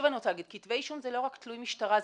כתבי אישום זה לא תלוי משטרה,